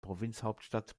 provinzhauptstadt